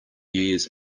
years